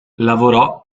lavorò